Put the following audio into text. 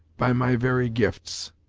by my very gifts.